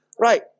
right